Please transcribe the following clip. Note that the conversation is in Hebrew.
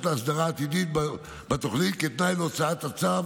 להסדרה עתידית בתוכנית כתנאי להוצאת הצו.